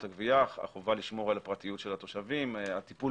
הגבייה: החובה לשמור על הפרטיות של התושבים; הטיפול